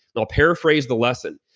i'll paraphrase the lesson.